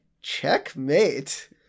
checkmate